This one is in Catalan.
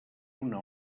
una